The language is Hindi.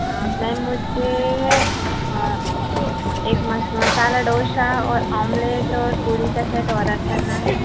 हाँ तो मैम मुझे एक मसाला डोसा और ऑमलेट और पूरी का सेट ऑर्डर करना है